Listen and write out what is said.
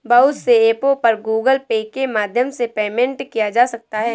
बहुत से ऐपों पर गूगल पे के माध्यम से पेमेंट किया जा सकता है